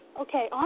Okay